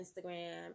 Instagram